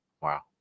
Wow